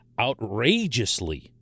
outrageously